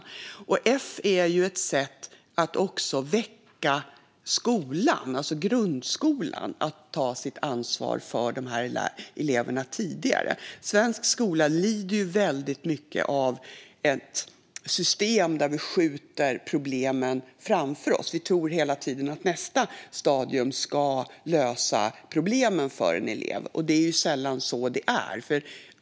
Betyget F är också ett medel för att väcka grundskolan att ta sitt ansvar för dessa elever tidigare. Svensk skola lider väldigt mycket av ett system där man skjuter problemen framför sig. Man tror hela tiden att nästa stadium ska lösa problemen för en elev, men det är sällan så det blir.